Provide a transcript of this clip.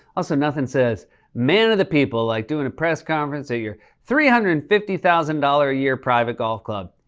also, nothing says man of the people like doing a press conference at your three hundred and fifty thousand dollars a year private golf club.